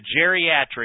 geriatric